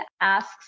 asks